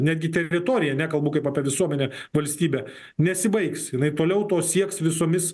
netgi teritoriją nekalbu kaip apie visuomenę valstybę nesibaigs jinai toliau to sieks visomis